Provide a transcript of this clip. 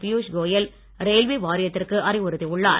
Piyush Goyal railway வாரியத்திற்கு அறிவுறுத்தியுள்ளார்